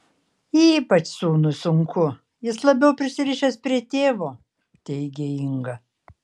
ypač sūnui sunku jis labiausiai prisirišęs prie tėvo teigė inga